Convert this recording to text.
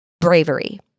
bravery